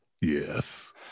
yes